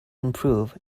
improve